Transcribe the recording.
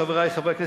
חברי חברי הכנסת,